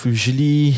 Usually